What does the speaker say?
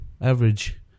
average